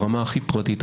ברמה הכי פרטית,